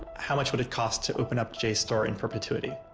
how much would it cost to open up jstor in perpetuity?